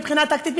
מבחינה טקטית,